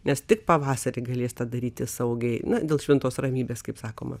nes tik pavasarį galės tą daryti saugiai dėl šventos ramybės kaip sakoma